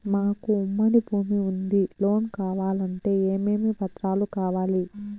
మాకు ఉమ్మడి భూమి ఉంది లోను కావాలంటే ఏమేమి పత్రాలు కావాలి?